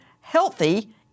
healthy